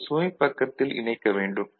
ஐ சுமைப் பக்கத்தில் இணைக்க வேண்டும்